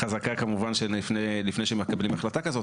חזקה כמובן שלפני שמקבלים החלטה כזו,